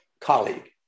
colleague